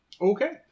Okay